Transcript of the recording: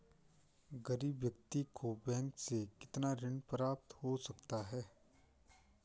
गरीब व्यक्ति को बैंक से कितना ऋण प्राप्त हो सकता है?